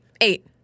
Eight